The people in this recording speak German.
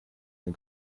den